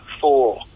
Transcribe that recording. four